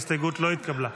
ההסתייגות לא התקבלה.